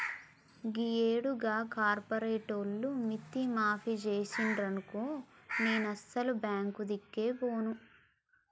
గీయేడు గా కార్పోరేటోళ్లు మిత్తి మాఫి జేసిండ్రనుకో నేనసలు బాంకులదిక్కే బోను